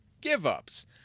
Give-ups